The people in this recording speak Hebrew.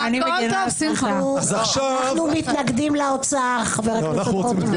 אנחנו מתנגדים להוצאה, חבר הכנסת רוטמן.